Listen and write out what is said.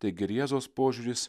taigi rėzos požiūris